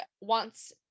wants